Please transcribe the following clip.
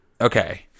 Okay